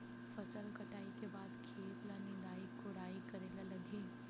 फसल कटाई के बाद खेत ल निंदाई कोडाई करेला लगही?